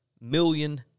million